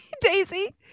Daisy